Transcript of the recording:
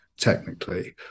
technically